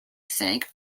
sank